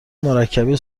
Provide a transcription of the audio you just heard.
مرکبی